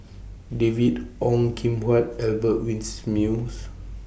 David Ong Kim Huat Albert Winsemius